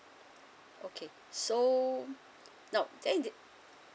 okay so no th~